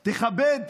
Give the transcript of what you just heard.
תכבד,